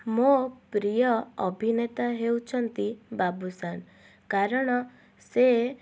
ମୋ ପ୍ରିୟ ଅଭିନେତା ହେଉଛନ୍ତି ବାବୁଶାନ କାରଣ ସେ